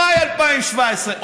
ממאי 2017,